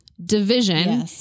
Division